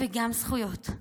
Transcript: וגם זכויות.